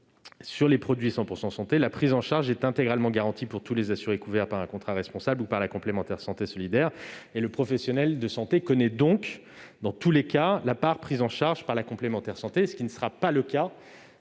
Sur les produits « 100 % santé », la prise en charge est intégralement garantie pour tous les assurés couverts par un contrat responsable ou par la complémentaire de santé solidaire. Le professionnel de santé connaît donc, dans tous les cas, la part prise en charge par la complémentaire de santé, ce qui ne sera pas le cas